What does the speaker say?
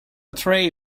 tray